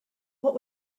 what